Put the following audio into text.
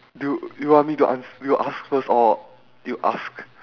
do do you want me to ans~ you ask first or you ask